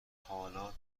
حالا